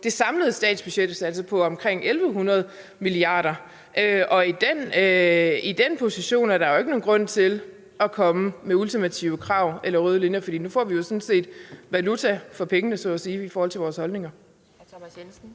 det samlede statsbudget, altså på omkring 1.100 mia. kr. Og i den position er der ikke nogen grund til at komme med ultimative krav eller røde linjer, for nu får vi sådan set valuta for pengene, så at sige, i forhold til vores holdninger.